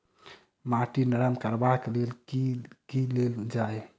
माटि नरम करबाक लेल की केल जाय?